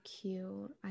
cute